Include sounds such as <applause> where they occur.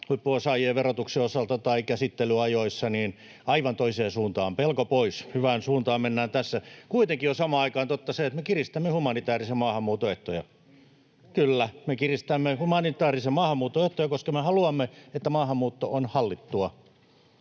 huippuosaajien verotuksen osalta tai käsittelyajoissa, niin aivan toiseen suuntaan, pelko pois, hyvään suuntaan mennään tässä. [Antti Kurvisen välihuuto] Kuitenkin on samaan aikaan totta se, että me kiristämme humanitäärisen maahanmuuton ehtoja. <noise> — Kyllä, me kiristämme humanitäärisen maahanmuuton ehtoja, koska me haluamme, että maahanmuutto on hallittua,